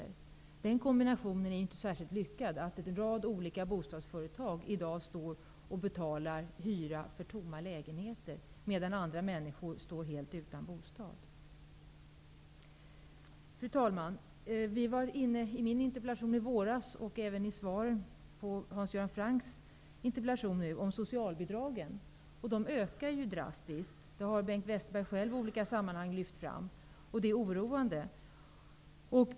Den kombinationen är inte särskilt lyckad. En rad olika bostadsföretag betalar i dag hyra för tomma lägenheter, medan människor står helt utan bostad. Fru talman! När min interpellation behandlades i våras, och även i svaret på Hans Göran Francks interpellation nu, var vi inne på socialbidragen. De ökar ju drastiskt. Det har Bengt Westerberg själv lyft fram i olika sammanhang.